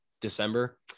December